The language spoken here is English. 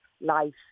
life